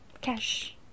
Cash